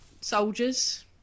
soldiers